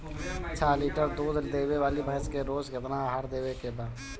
छह लीटर दूध देवे वाली भैंस के रोज केतना आहार देवे के बा?